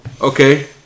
okay